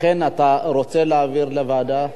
אכן אתה רוצה להעביר לוועדה?